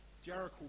Jericho